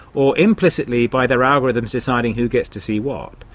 or implicitly by their algorithms deciding who gets to see what.